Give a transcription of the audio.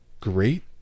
great